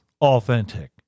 authentic